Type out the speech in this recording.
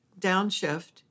downshift